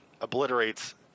obliterates